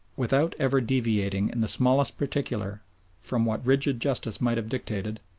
without ever deviating in the smallest particular from what rigid justice might have dictated,